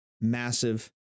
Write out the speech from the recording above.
massive